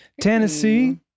Tennessee